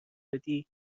بدی